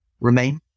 Remain